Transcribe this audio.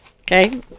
Okay